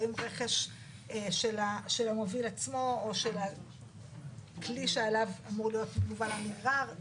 האם רכש של המוביל עצמו או של הכלי שעליו אמור להיות מובל הנגרר,